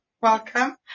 welcome